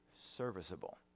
serviceable